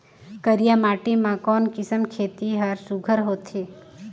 करिया माटी मा कोन किसम खेती हर सुघ्घर होथे?